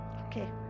Okay